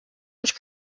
much